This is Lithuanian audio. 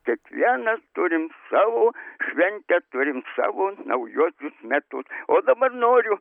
kiekvienas turim savo šventę turim savo naujuosius metus o dabar noriu